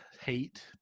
hate